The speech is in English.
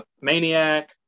Maniac